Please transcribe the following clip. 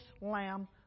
Lamb